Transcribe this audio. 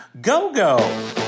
go-go